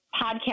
podcast